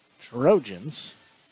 Trojans